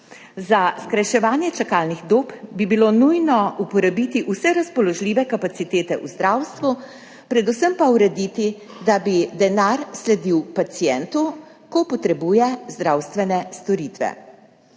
Za skrajševanje čakalnih dob bi bilo nujno uporabiti vse razpoložljive kapacitete v zdravstvu, predvsem pa urediti, da bi denar sledil pacientu, ko potrebuje zdravstvene storitve.